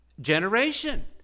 generation